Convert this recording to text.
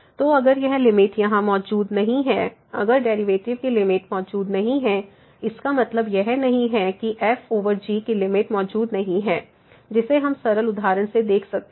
तो अगर यह लिमिट यहां मौजूद नहीं है अगर डेरिवेटिव की लिमिट मौजूद नहीं है इसका मतलब यह नहीं है किfgकी लिमिट मौजूद नहीं है जिसे हम सरल उदाहरण से देख सकते हैं